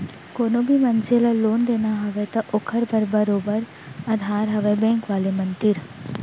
कोनो भी मनसे ल लोन देना हवय त ओखर बर बरोबर अधार हवय बेंक वाले मन तीर